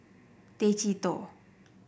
Tay Chee Toh